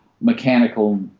mechanical